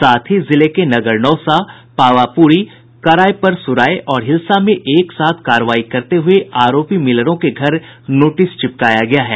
साथ ही जिले के नगरनौसा पावापुरी करायपरसुराय और हिलसा में एक साथ कार्रवाई करते हुये आरोपी मिलरों के घर नोटिस चिपकाया गया है